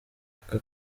aka